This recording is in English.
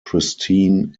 pristine